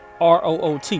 root